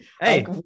Hey